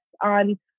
on